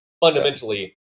fundamentally